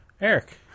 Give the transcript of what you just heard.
Eric